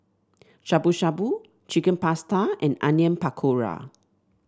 Shabu Shabu Chicken Pasta and Onion Pakora